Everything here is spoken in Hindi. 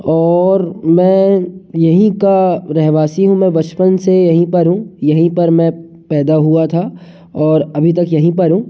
और मैं यहीं का रहवासी हूँ मैं बचपन से यहीं पर हूँ यहीं पर मैं पैदा हुआ था और अभी तक यहीं पर हूँ